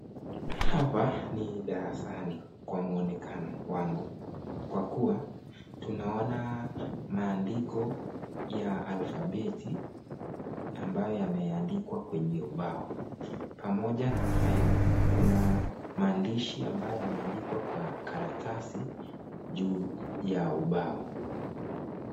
Hapa ni darasani kwa mwonekano wangu kwa kuwa tunaona maandiko ya alfabeti ambayo yameandikwa kwenye ubao. Pamoja na hayo, kuna maandishi ambayo yameandikwa kwa karatasi juu ya ubao.